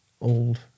old